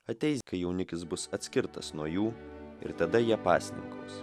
ateis kai jaunikis bus atskirtas nuo jų ir tada jie pasninkaus